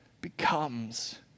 becomes